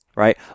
Right